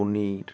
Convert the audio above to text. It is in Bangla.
পনির